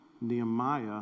Nehemiah